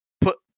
put